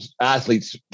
athletes